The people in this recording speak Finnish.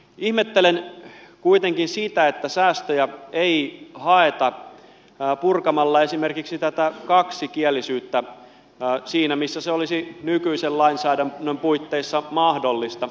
ihmettelen kuitenkin sitä että säästöjä ei haeta purkamalla esimerkiksi tätä kaksikielisyyttä siinä missä se olisi nykyisen lainsäädännön puitteissa mahdollista